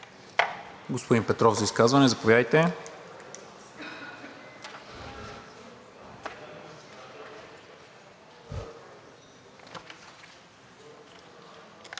Господин Петров за изказване, заповядайте.